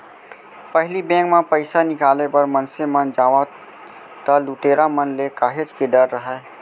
पहिली बेंक म पइसा निकाले बर मनसे मन जावय त लुटेरा मन ले काहेच के डर राहय